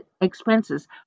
expenses